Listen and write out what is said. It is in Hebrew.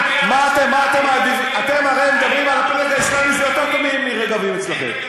התנועה האסלאמית זה יותר טוב מ"רגבים" אצלכם.